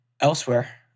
elsewhere